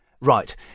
Right